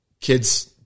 kids